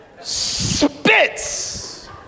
spits